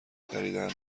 خریدن